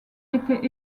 étaient